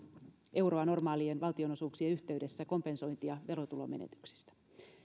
euroa normaalien valtionosuuksien yhteydessä kompensointia verotulomenetyksistä